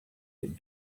that